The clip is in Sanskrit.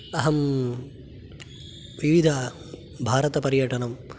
अहं विविधभारतपर्यटनं